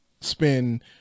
spend